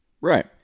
Right